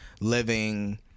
living